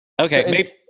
Okay